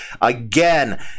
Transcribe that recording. again